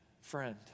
friend